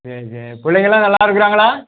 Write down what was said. சரி சரி பிள்ளைங்கலாம் நல்லா இருக்கிறாங்களா